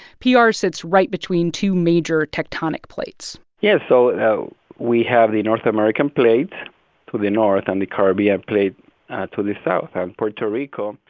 pr sits right between two major tectonic plates yeah. so you know we have the north american plate to the north and the caribbean plate to the south um puerto rico.